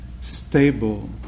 stable